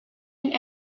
and